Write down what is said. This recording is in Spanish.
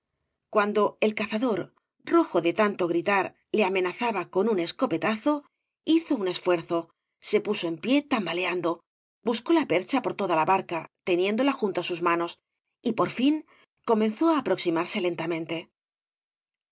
cuando el cazador rojo de tanto gritar le amenazaba con un escopetazo hizo un esfuerzo se puso en pie tambaleando buicó la percha por toda la barca teniéndola junto á sus manos y por fia comenzó á aproximarse lentamente